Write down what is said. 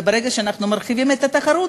וברגע שאנחנו מרחיבים את התחרות,